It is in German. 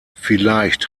vielleicht